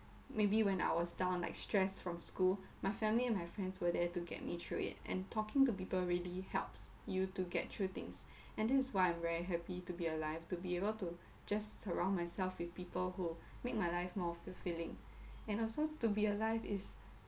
maybe when I was down like stressed from school my family and my friends were there to get me through it and talking to people really helps you to get through things and this is I'm very happy to be alive to be able to just surround myself with people who make my life more fulfilling and also to be alive is